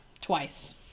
twice